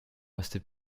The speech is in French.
restait